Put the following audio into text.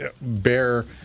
bear –